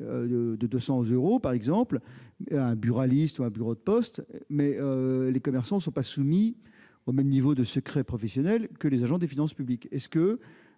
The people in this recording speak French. de 200 euros, par exemple, chez un buraliste ou dans un bureau de poste, mais les commerçants ne sont pas soumis au même niveau de secret professionnel que les agents des finances publiques.